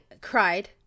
cried